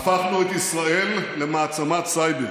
הפכנו את ישראל למעצמת סייבר.